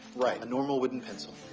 right, a normal wooden pencil.